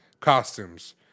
costumes